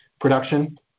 production